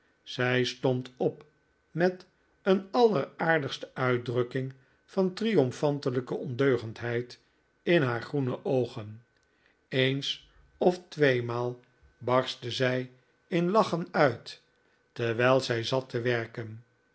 zij stond op met een allereigenaardigste uitdrukking van triomfantelijke ondeugendheid in haar groene oogen eens of tweemaal barstte zij in lachen uit terwijl zij zat te werken